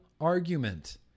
argument